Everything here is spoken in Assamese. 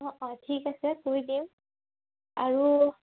অঁ অঁ ঠিক আছে পুৰি দিম আৰু